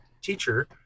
teacher